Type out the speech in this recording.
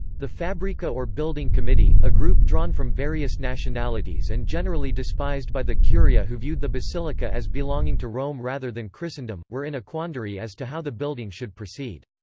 the fabbrica or building committee, a group drawn from various nationalities and generally despised by the curia who viewed the basilica as belonging to rome rather than christendom, were in a quandary as to how the building should proceed.